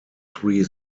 three